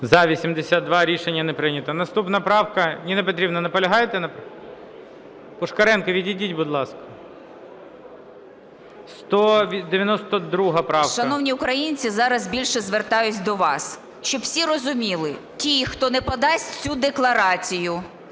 За-82 Рішення не прийнято. Наступна правка… Ніна Петрівна, наполягаєте? Пушкаренко, відійдіть, будь ласка. 192 правка. 12:16:40 ЮЖАНІНА Н.П. Шановні українці, зараз більше звертаюсь до вас, щоб всі розуміли: ті, хто не подасть цю декларацію,